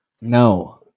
No